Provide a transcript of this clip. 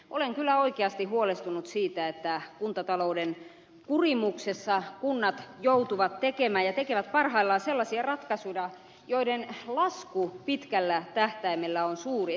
olen kyllä oikeasti huolestunut siitä että kuntatalouden kurimuksessa kunnat joutuvat tekemään ja tekevät parhaillaan sellaisia ratkaisuja joiden lasku pitkällä tähtäimellä on suuri